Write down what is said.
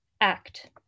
act